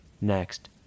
Next